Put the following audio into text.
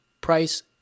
price